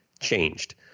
changed